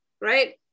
right